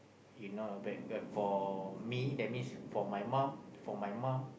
you not a bad guy for me that means for my mom for my mom